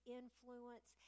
influence